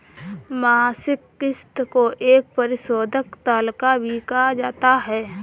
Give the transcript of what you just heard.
मासिक किस्त को एक परिशोधन तालिका भी कहा जाता है